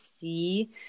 see